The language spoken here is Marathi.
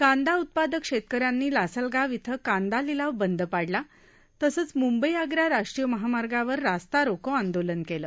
कांदा उत्पादक शेतकऱ्यांनी लासलगाव ॐ कांदा लिलाव बंद पाडला तसंच मुंबई आग्रा राष्ट्रीय महामार्गावर रास्ता रोको आंदोलन केलं